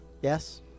Yes